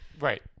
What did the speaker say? Right